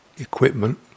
equipment